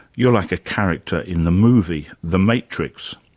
you're like a character in the movie the matrix.